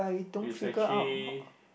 it's actually